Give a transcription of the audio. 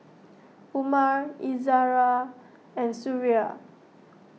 Umar Izzara and Suria